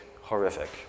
horrific